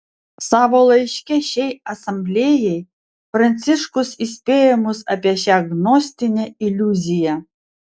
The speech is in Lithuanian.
savo laiške šiai asamblėjai pranciškus įspėja mus apie šią gnostinę iliuziją